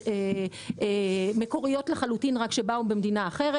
שהיו מקוריות לחלוטין ובאו ממדינה אחרת.